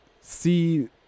see